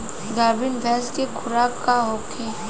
गाभिन भैंस के खुराक का होखे?